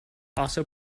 also